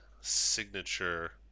signature